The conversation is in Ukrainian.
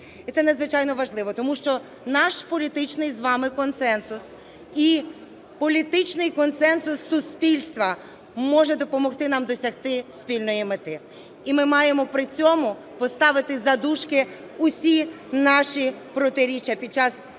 І це надзвичайно важливо, тому що наш політичний з вами консенсус і політичний консенсус суспільства може допомогти нам досягти спільної мети. І ми маємо при цьому поставити за дужки усі наші протиріччя під час